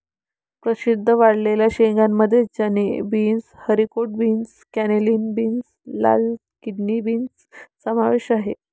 प्रसिद्ध वाळलेल्या शेंगांमध्ये चणे, beans, haricot beans, cannellini beans, लाल किडनी बीन्स समावेश आहे